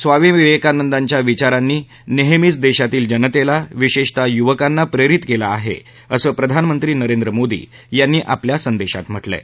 स्वामी विवेकानंदाच्या विचारांनी नेहमीच देशातील जनतेला विशेषत युवकाना प्रेरीत केलं आहे असं प्रधानमंत्री नरेंद्र मोदी यांनी आपल्या संदेशात म्हटलं आहे